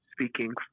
speaking